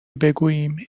بگوییم